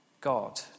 God